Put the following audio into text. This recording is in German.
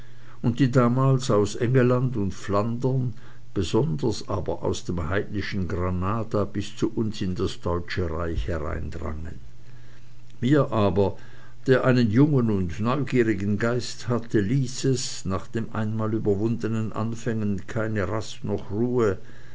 und die damals aus engelland und flandern besonders aber aus dem heidnischen granada bis zu uns in das deutsche reich hereindrangen mir aber der einen jungen und neugierigen geist hatte ließ es nach den einmal überwundenen anfängen keine rast noch ruhe